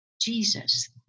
Jesus